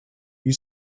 you